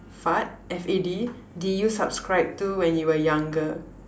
fad F A D did you subscribe to when you were younger